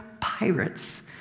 pirates